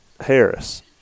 Harris